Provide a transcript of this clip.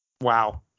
Wow